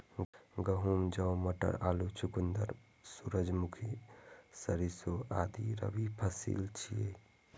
गहूम, जौ, मटर, आलू, चुकंदर, सूरजमुखी, सरिसों आदि रबी फसिल छियै